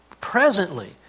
presently